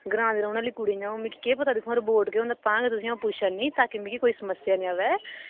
ग्रां दी रौह्ने आह्ली कुड़ी आं हून मिगी केह् पता दिक्खो हां रोबोट केह् होंदा तां गै अं'ऊ तुसेंगी पुच्छा नी कि ताकि मिगी कोई समस्या नेईं आवै